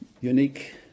unique